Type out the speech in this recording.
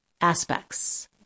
Aspects